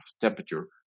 temperature